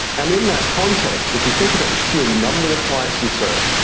and in that context, if you think about the sheer number of clients we serve,